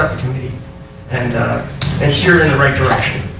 committee and and stir in the right direction.